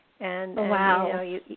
Wow